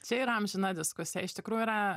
čia ir amžina diskusija iš tikrųjų yra